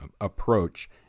approach